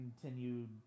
continued